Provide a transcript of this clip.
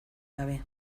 gabe